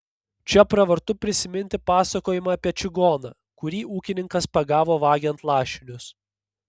čia pravartu prisiminti pasakojimą apie čigoną kurį ūkininkas pagavo vagiant lašinius